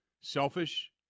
selfish